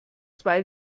zwei